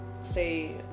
say